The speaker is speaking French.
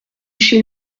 chez